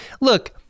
look